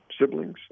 siblings